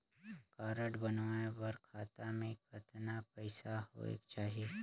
Card बनवाय बर खाता मे कतना पईसा होएक चाही?